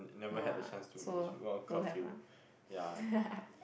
no ah so don't have ah